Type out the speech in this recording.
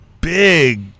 big